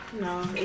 No